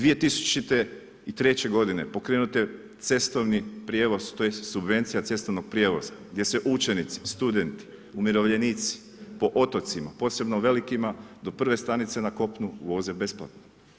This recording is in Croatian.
2003. g. pokrenut je cestovni prijevoz tj. subvencija cestovnog prijevoza gdje se učenici, studenti, umirovljenici po otocima posebno velikima do prve stanice na kopnu voze besplatno.